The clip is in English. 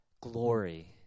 glory